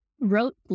wrote